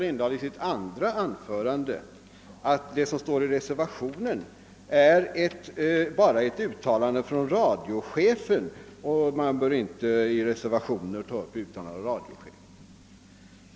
I sitt andra anförande trodde han att det som står i reservationen bara är ett uttalande från radiochefen och menade att man inte i reservationer bör ta upp yttranden av radiochefen.